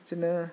बिदिनो